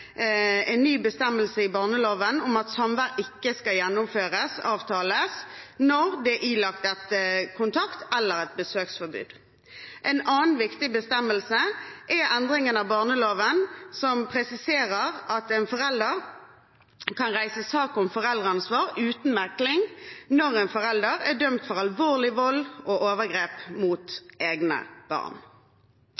en ny bestemmelse i barneloven om at samvær ikke skal gjennomføres/avtales når det er ilagt kontakt- eller besøksforbud. En annen viktig bestemmelse er endringen av barneloven som presiserer at en forelder kan reise sak om foreldreansvar uten mekling når en forelder er dømt for alvorlig vold eller overgrep mot